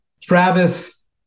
Travis